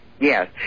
Yes